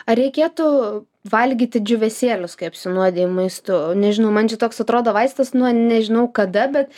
ar reikėtų valgyti džiūvėsėlius kai apsinuodiji maistu nežinau man čia toks atrodo vaistas nu nežinau kada bet